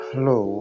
Hello